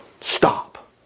stop